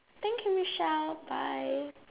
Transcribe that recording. thank you Michelle bye